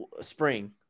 spring